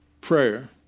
prayer